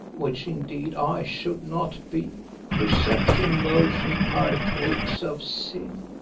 which indeed i should not be, for such emotion partakes of sin.